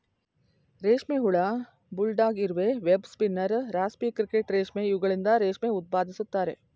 ರೇಷ್ಮೆ ಹುಳ, ಬುಲ್ಡಾಗ್ ಇರುವೆ, ವೆಬ್ ಸ್ಪಿನ್ನರ್, ರಾಸ್ಪಿ ಕ್ರಿಕೆಟ್ ರೇಷ್ಮೆ ಇವುಗಳಿಂದ ರೇಷ್ಮೆ ಉತ್ಪಾದಿಸುತ್ತಾರೆ